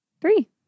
three